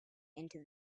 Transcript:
into